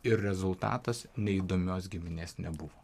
ir rezultatas neįdomios giminės nebuvo